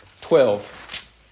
Twelve